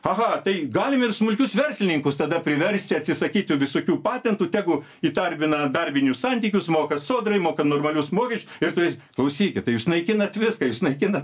aha tai galim ir smulkius verslininkus tada priversti atsisakyti visokių patentų tegu įdarbina darbinius santykius moka sodrai moka normalius mokesčius ir tai klausykit tai išnaikinat viską išnaikinat